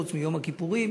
חוץ מיום הכיפורים,